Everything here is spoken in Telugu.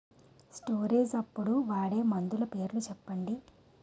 స్టోరేజ్ అప్పుడు వాడే మందులు పేర్లు చెప్పండీ?